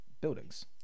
buildings